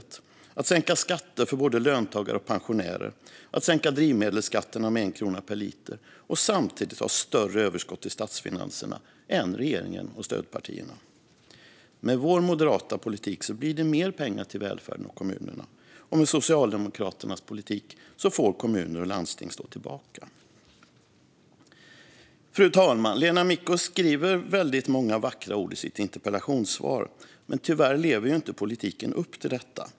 Det ger oss utrymme att sänka skatter för både löntagare och pensionärer, att sänka drivmedelsskatterna med 1 krona per liter och att samtidigt ha större överskott i statsfinanserna än regeringen och stödpartierna. Med vår moderata politik blir det mer pengar till välfärden och kommunerna. Med Socialdemokraternas politik får kommuner och landsting stå tillbaka. Fru talman! Lena Micko säger många vackra saker i sitt interpellationssvar, men tyvärr lever inte politiken upp till detta.